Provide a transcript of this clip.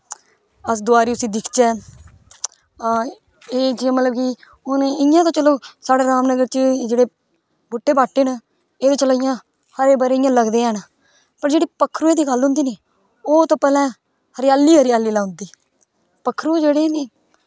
अस दवारे उस्सी दिखचै हां एह् मतलब कि जि'यां हून इ'यां ते चलो साढ़ै राम नगर च जेह्ड़े बूह्टे बाह्टे एह् ते चलो इयां हरे भरे इयां लगदे हैन पर जेह्ड़ी पक्खरुएं दी गल्ल होंदी नी ओह् ते भलेआं हरियाली गै हरियाली लाई ओड़दी पक्खरू जेह्ड़े न